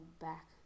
back